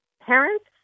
parents